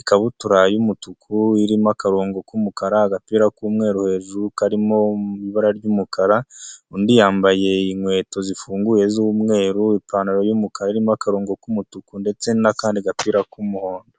ikabutura y'umutuku irimo akarongo k'umukara agapira k'umweru hejuru karimo mu ibara ry'umukara, undi yambaye inkweto zifunguye z'umweru ipantaro y'umukara irimo akarongo k'umutuku ndetse n'akandi gapira k'umuhondo.